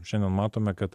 šiandien matome kad